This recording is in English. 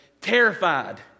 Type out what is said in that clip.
Terrified